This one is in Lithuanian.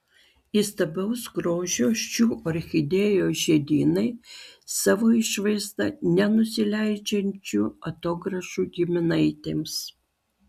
įstabaus grožio šių orchidėjų žiedynai savo išvaizda nenusileidžiančių atogrąžų giminaitėms